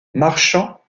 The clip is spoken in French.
marchant